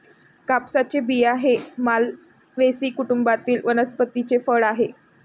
कापसाचे बिया हे मालवेसी कुटुंबातील वनस्पतीचे फळ आहे